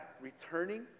returning